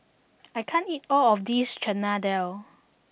I can't eat all of this Chana Dal